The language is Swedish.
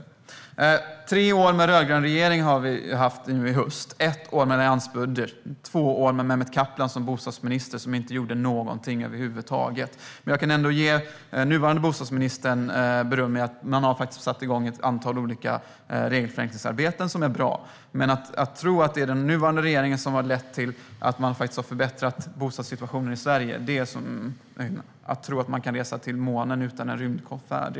Nu i höst har vi haft en rödgrön regering i tre år - ett år med en alliansbudget och två år med Mehmet Kaplan som bostadsminister som inte gjorde någonting över huvud taget. Jag kan ändå ge nuvarande bostadsministern beröm för att man har satt igång ett antal olika regelförenklingsarbeten som är bra. Men att tro att det är den nuvarande regeringens arbete som har lett till att man har förbättrat bostadssituationen i Sverige är som att tro att man kan resa till månen utan att göra en rymdfärd.